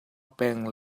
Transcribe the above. peng